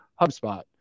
HubSpot